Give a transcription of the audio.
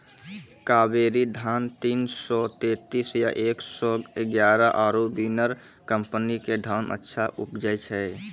कावेरी धान तीन सौ तेंतीस या एक सौ एगारह आरु बिनर कम्पनी के धान अच्छा उपजै छै?